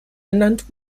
ernannt